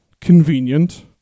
Convenient